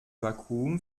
vakuum